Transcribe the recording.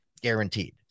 guaranteed